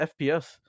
fps